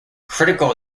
critical